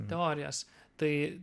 teorijas tai